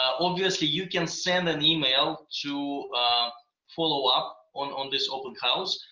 obviously, you can send an email to follow up on on this open house,